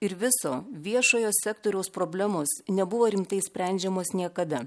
ir viso viešojo sektoriaus problemos nebuvo rimtai sprendžiamos niekada